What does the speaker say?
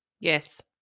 Yes